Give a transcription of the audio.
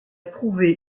prouvé